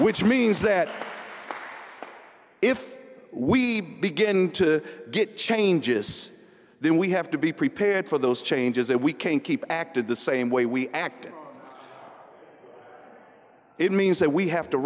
which means that if we begin to get changes then we have to be prepared for those changes that we can't keep acted the same way we act and it means that we have to